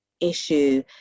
issue